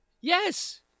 Yes